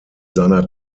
seiner